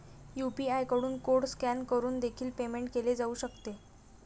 UPI कडून code scan करून देखील पेमेंट केले जाऊ शकते